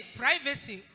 privacy